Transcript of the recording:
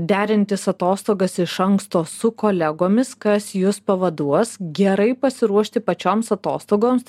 derintis atostogas iš anksto su kolegomis kas jus pavaduos gerai pasiruošti pačioms atostogoms